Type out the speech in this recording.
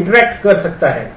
interact कर सकता है